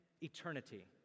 eternity